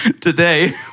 Today